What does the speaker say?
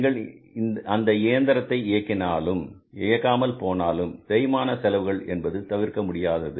நீங்கள் அந்த இயந்திரத்தை இயக்கினாலும் இயக்காமல் போனாலும் தேய்மான செலவுகள் என்பது தவிர்க்க முடியாதது